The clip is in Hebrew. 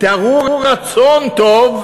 תראו רצון טוב,